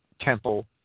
temple